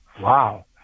wow